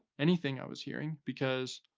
anything i was hearing. because.